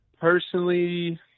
personally